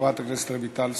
חברת הכנסת רויטל סויד.